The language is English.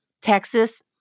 Texas